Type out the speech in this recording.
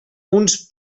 uns